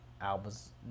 albums